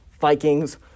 Vikings